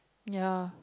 ya